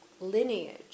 lineage